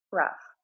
rough